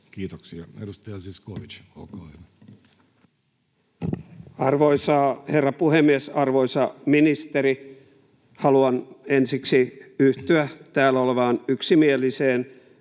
liittyviksi laeiksi Time: 17:23 Content: Arvoisa herra puhemies! Arvoisa ministeri! Haluan ensiksi yhtyä täällä olevaan yksimieliseen